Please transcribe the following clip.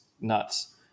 nuts